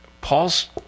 Paul's